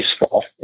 baseball